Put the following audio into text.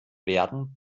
werden